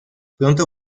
pronto